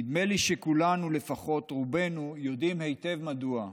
נדמה לי שכולנו, לפחות רובנו, יודעים היטב מדוע,